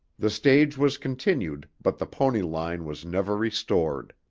the stage was continued but the pony line was never restored.